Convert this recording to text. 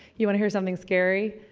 you wanta hear something scary?